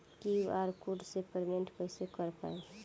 QR code से payment कईसे कर पाएम?